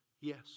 Yes